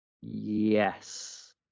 Yes